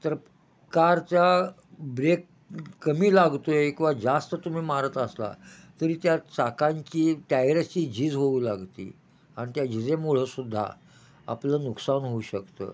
तर कारचा ब्रेक कमी लागतो आहे किंवा जास्त तुम्ही मारत असला तरी त्या चाकांची टायरची झिज होऊ लागती आणि त्या झिजेमुळं सुद्धा आपलं नुकसान होऊ शकतं